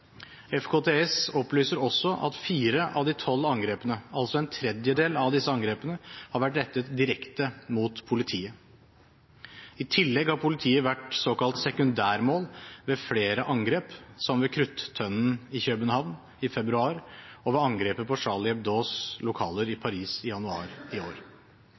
FKTS opplyser også at fire av de tolv angrepene, altså en tredjedel av disse angrepene, har vært rettet direkte mot politiet. I tillegg har politiet vært såkalt sekundærmål ved flere angrep, som ved Krudttønden i København i februar og ved angrepet på Charlie Hebdos lokaler i Paris i januar i år.